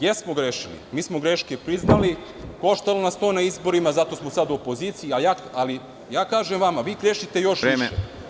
Jesmo grešili, mi smo greške priznali, koštalo nas je to na izborima, zato smo sada u opoziciji, ali kažem vam da vi grešite još više.